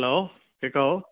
hello കേൾക്കാമോ